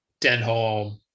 Denholm